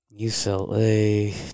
UCLA